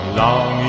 long